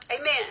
Amen